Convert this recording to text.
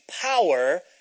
power